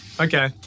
Okay